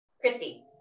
Christy